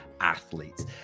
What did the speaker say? athletes